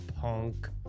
punk